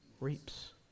Reaps